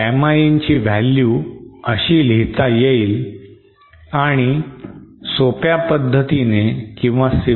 Gamma in ची value अशी लिहिता येईल आणि सिम्प्लिफाय मिळेल